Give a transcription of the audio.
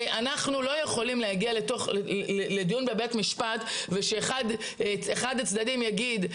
אנחנו לא יכולים להגיע לדיון בבית משפט ואחד הצדדים יגיד,